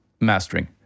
mastering